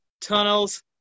tunnels